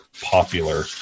popular